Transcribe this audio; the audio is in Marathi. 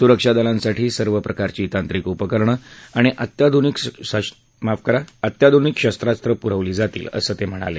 सुरक्षा दलांसाठी सर्व प्रकारची तांत्रिक उपकरणं आणि अत्याधुनिक शस्वास्त्रं पूरवली जातील असं ते म्हणाले